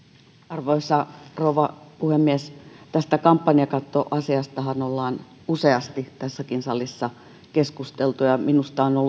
arvoisa rouva puhemies tästä kampanjakattoasiastahan ollaan useasti tässäkin salissa keskusteltu ja minusta on